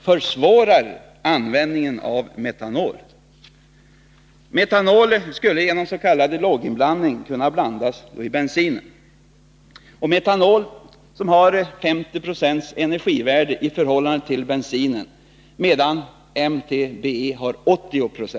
försvårar användningen av metanol. Metanol skulle genom s.k. låginblandning kunna blandas i bensinen. Metanol har 50 26 energivärde i förhållande till bensinen, medan MTBE har 80 20.